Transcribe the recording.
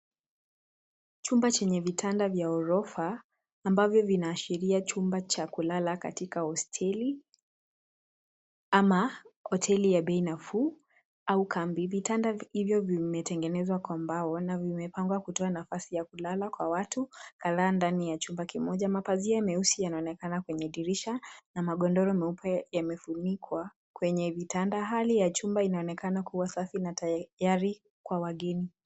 Chumba chenye vitanda vya ghorofa ambavyo vinaashiria chumba cha kulala, katika hosteli ama hoteli ya bei nafuu au kambi. Vitanda hivyo vimetengenezwa kwa mbao na vimepangwa kutoa nafasi ya kulala, kwa watu kadhaa ndani ya chumba kimoja. Mapazia meusi yanaonekana kwenye dirisha na magodoro meupe yamefunikwa kwenye vitanda. Hali ya chumba inaonekana kuwa safi na tayari kwa wageni.